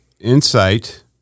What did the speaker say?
insight